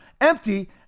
empty